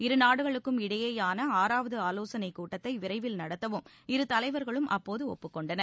இருநாடுகளுக்கும் இடையேயான ஆறாவது ஆவோசனை கூட்டத்தை விரைவில் நடத்தவும் இருதலைவர்களும் அப்போது ஒப்புக்கொண்டனர்